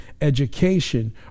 education